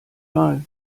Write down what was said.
wahl